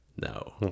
No